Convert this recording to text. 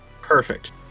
Perfect